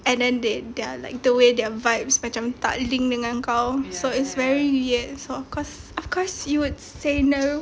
and then they they are like the way their vibes macam tak link dengan kau so it's very weird of course of course you would say no